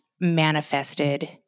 manifested